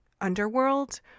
underworld